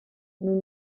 nous